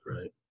Right